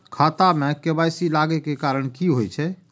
खाता मे के.वाई.सी लागै के कारण की होय छै?